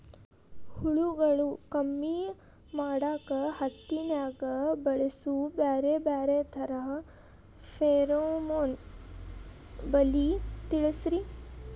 ಹುಳುಗಳು ಕಮ್ಮಿ ಮಾಡಾಕ ಹತ್ತಿನ್ಯಾಗ ಬಳಸು ಬ್ಯಾರೆ ಬ್ಯಾರೆ ತರಾ ಫೆರೋಮೋನ್ ಬಲಿ ತಿಳಸ್ರಿ